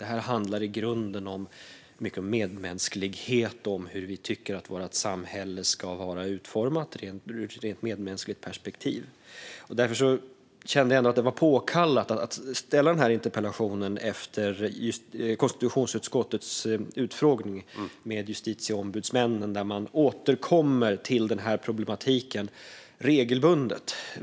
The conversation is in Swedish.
Det handlar i grunden om medmänsklighet och om hur vi tycker att vårt samhälle ska vara utformat, ur ett medmänskligt perspektiv. Efter konstitutionsutskottets utfrågning med justitieombudsmännen kände jag ändå att det var påkallat att ställa interpellationen. Man återkommer regelbundet till den här problematiken.